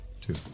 Two